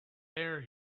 there